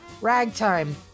ragtime